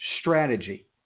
strategy